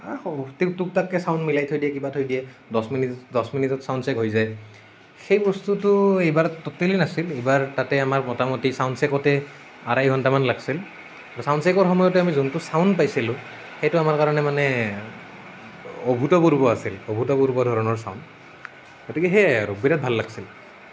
টুকটাককৈ sound মিলাই থৈ দিয়ে কিবা থৈ দিয়ে দহ মিনিটত চাউণ্ড চেক হৈ যায় সেই বস্তুটো এইবাৰ টোটেলি নাছিল এইবাৰ তাতে আমাৰ মোটামুটি চাউণ্ড চেকতে আঢ়ৈ ঘণ্টামান লাগিছিল চাউণ্ড চেকৰ সময়তো আমি যোনটো চাউণ্ড পাইছিলোঁ সেইটো আমাৰ কাৰণে মানে অভূতপূৰ্ব আছিল অভূতপূৰ্ব ধৰণৰ চাউণ্ড গতিকে সেয়াই আৰু বিৰাট ভাল লাগিছিল